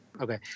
Okay